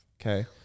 Okay